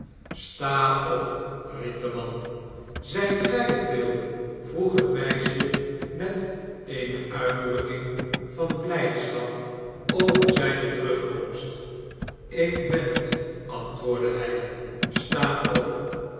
sta op riep de man zijt gij het bill vroeg het meisje met eene uitdrukking van blijdschap over zijne terugkomst ik ben het antwoordde hij sta op